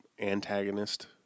antagonist